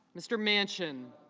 mr. mansion